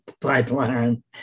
pipeline